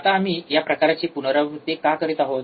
आता आम्ही या प्रकाराची पुनरावृत्ती का करीत आहोत